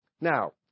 Now